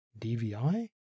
DVI